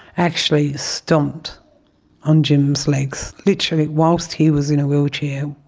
actually stomped on jim's legs, literally, whilst he was in a wheelchair,